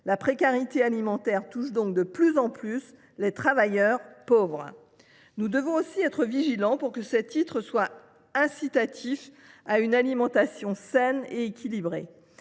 La précarité alimentaire touche donc de plus en plus les travailleurs pauvres. Nous devons aussi être vigilants pour que ces titres restaurant incitent nos concitoyens à avoir une alimentation saine et équilibrée.